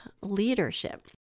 leadership